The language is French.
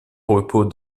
repos